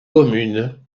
communes